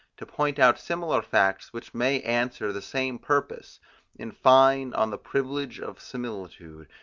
to point out similar facts which may answer the same purpose in fine on the privilege of similitude,